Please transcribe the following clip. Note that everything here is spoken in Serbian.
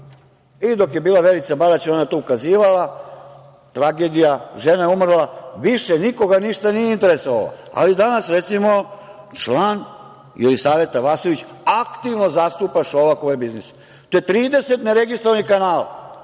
Dok je bila Verica Barać, ona je na to ukazivala. Tragedija, žena je umrla i više nikoga ništa nije interesovalo. Danas, recimo, član Jelisaveta Vasojević aktivno zastupa Šolakove biznise. To je 30 neregistrovanih kanala.